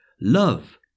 love